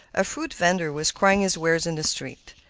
a fruit vender was crying his wares in the street.